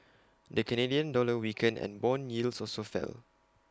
the Canadian dollar weakened and Bond yields also fell